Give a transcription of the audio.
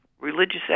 religious